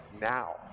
now